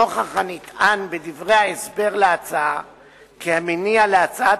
נוכח הנטען בדברי ההסבר כי המניע להצעת